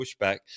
pushback